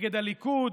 נגד הליכוד,